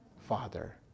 Father